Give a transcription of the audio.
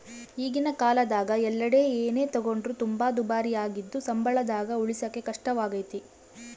ಈಗಿನ ಕಾಲದಗ ಎಲ್ಲೆಡೆ ಏನೇ ತಗೊಂಡ್ರು ತುಂಬಾ ದುಬಾರಿಯಾಗಿದ್ದು ಸಂಬಳದಾಗ ಉಳಿಸಕೇ ಕಷ್ಟವಾಗೈತೆ